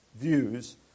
views